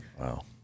Wow